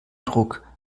druck